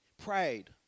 prayed